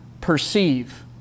perceive